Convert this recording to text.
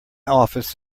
office